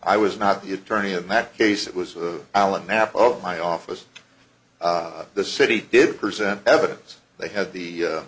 i was not the attorney in that case it was alan knapp of my office the city did present evidence they had the